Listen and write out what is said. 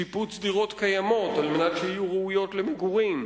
שיפוץ דירות קיימות כדי שיהיו ראויות למגורים,